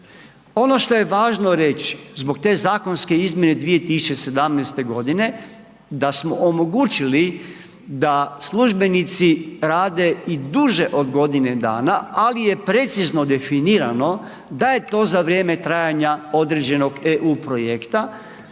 Ono što je važno reći, zbog te zakonske izmjene 2017. godine, da smo omogućili da službenici rade i duže od godine dana, ali je precizno definirano da je to za vrijeme trajanja određenog EU projekta